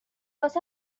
واست